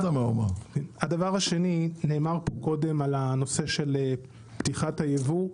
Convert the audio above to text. הדבר השני, נאמר פה קודם על נושא פתיחת היבוא,